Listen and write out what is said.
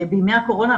בימי הקורונה,